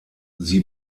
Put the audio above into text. sie